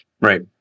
Right